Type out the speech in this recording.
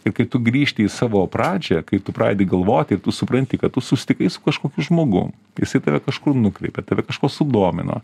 ir kai tu grįžti į savo pradžią kai tu pradedi galvoti ir tu supranti kad tu susitikai su kažkokiu žmogum jisai tave kažkur nukreipė tave kažkuo sudomino